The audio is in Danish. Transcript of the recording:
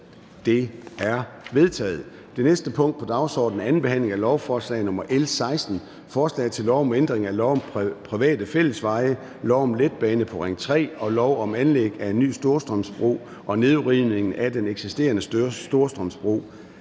Det er vedtaget. --- Det næste punkt på dagsordenen er: 14) 2. behandling af lovforslag nr. L 16: Forslag til lov om ændring af lov om private fællesveje, lov om letbane på Ring 3 og lov om anlæg af en ny Storstrømsbro og nedrivning af den eksisterende Storstrømsbro.